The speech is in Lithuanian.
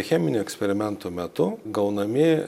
cheminių eksperimentų metu gaunami